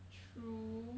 true